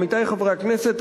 עמיתי חברי הכנסת,